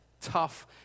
tough